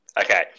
Okay